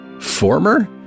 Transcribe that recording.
former